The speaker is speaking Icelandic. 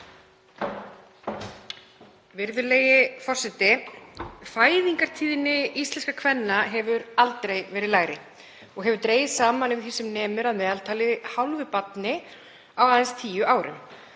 Virðulegi forseti. Fæðingartíðni íslenskra kvenna hefur aldrei verið lægri og hefur dregist saman um það sem nemur að meðaltali hálfu barni á aðeins tíu árum.